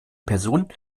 person